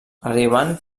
arribant